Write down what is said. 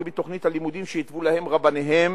מתוכנית הלימודים שהתוו להם רבניהם